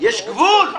יש גבול.